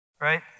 right